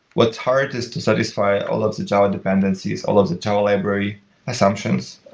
what's hard is to satisfy all of the java dependencies, all of the java library assumptions,